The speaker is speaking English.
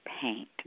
paint